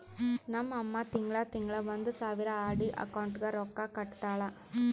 ನಮ್ ಅಮ್ಮಾ ತಿಂಗಳಾ ತಿಂಗಳಾ ಒಂದ್ ಸಾವಿರ ಆರ್.ಡಿ ಅಕೌಂಟ್ಗ್ ರೊಕ್ಕಾ ಕಟ್ಟತಾಳ